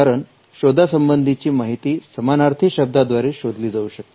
कारण शोधा संबंधीची माहिती समानार्थी शब्दा द्वारे शोधली जाऊ शकते